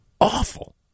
awful